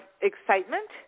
excitement